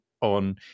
on